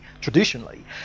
traditionally